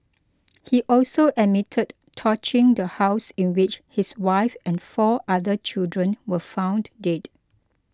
he also admitted torching the house in which his wife and four other children were found dead